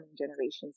generations